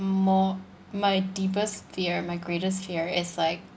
more my deepest fear my greatest fear is like